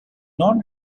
non